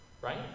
Right